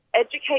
educate